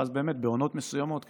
ואז בעונות מסוימות,